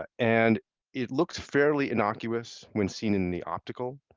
ah and it looks fairly innocuous when seen in in the optical,